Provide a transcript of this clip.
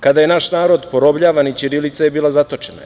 Kada je naš narod porobljavan i ćirilica je bila zatočena.